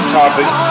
topic